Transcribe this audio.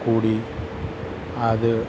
കൂടി അത്